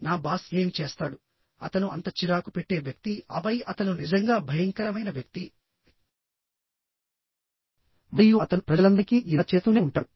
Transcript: నా బాస్ ఏమి చేస్తాడు అతను అంత చిరాకు పెట్టే వ్యక్తి ఆపై అతను నిజంగా భయంకరమైన వ్యక్తి మరియు అతను ప్రజలందరికీ ఇలా చేస్తూనే ఉంటాడు